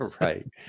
Right